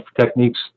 techniques